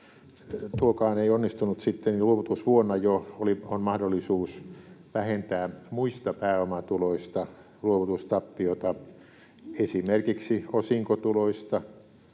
tuokaan ei onnistunut, niin luovutusvuonna jo on mahdollisuus vähentää muista pääomatuloista luovutustappiota esimerkiksi osinkotuloista,